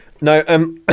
No